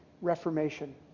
reformation